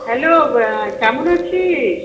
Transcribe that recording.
hello কেমন আছিস